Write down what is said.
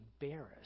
embarrassed